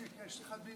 תיקון מס' 20)